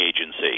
Agency